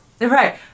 right